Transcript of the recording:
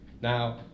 Now